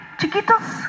chiquitos